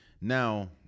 Now